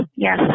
Yes